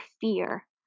fear